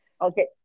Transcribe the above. okay